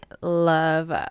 love